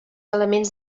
elements